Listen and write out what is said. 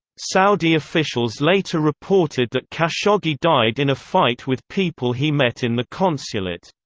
saudi officials later reported that khashoggi died in a fight with people he met in the consulate.